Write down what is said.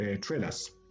trailers